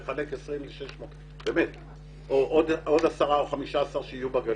חלק 20 מיליון קוב ל-600 או עוד 10 או 15 שיהיו בגליל.